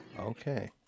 Okay